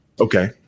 Okay